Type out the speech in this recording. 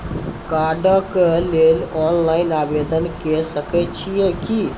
कार्डक लेल ऑनलाइन आवेदन के सकै छियै की?